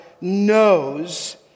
knows